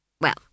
Well